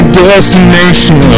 destination